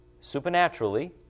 supernaturally